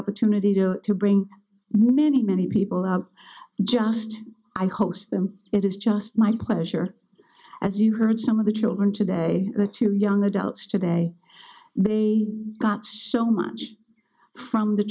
opportunity to bring many many people just i host them it is just my pleasure as you heard some of the children today the two young adults today they got so much from the